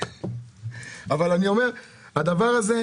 אתם